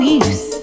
use